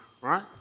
right